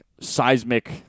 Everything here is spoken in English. seismic